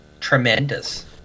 Tremendous